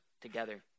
together